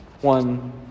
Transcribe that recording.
one